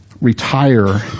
retire